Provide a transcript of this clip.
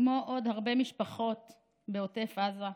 כמו עוד הרבה משפחות בעוטף עזה,